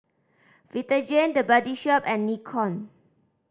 Vitagen The Body Shop and Nikon